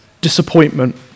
disappointment